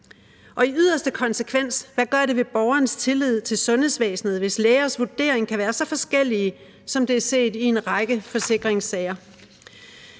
Og i yderste konsekvens: Hvad gør det ved borgernes tillid til sundhedsvæsenet, hvis lægers vurderinger kan være så forskellige, som det er set i en række forsikringssager?